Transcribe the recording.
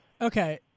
Okay